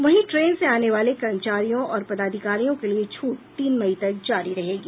वहीं ट्रेन से आने वाले कर्मचारियों और पदाधिकारियों के लिए छूट तीन मई तक जारी रहेगी